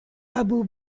abu